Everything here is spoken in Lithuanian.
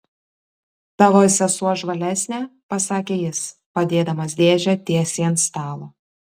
tavo sesuo žvalesnė pasakė jis padėdamas dėžę tiesiai ant stalo